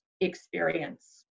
experience